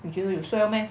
你觉得有 swell meh